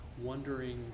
wondering